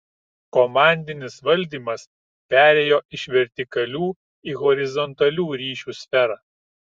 komandinis valdymas perėjo iš vertikalių į horizontalių ryšių sferą